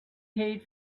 paid